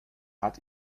hat